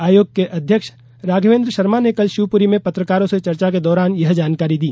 आयोग के अध्यक्ष राघवेन्द्र शर्मा ने कल शिवपुरी से पत्रकारों से चर्चा के दौरान यह जानकारी दी